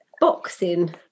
boxing